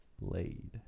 laid